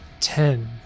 Ten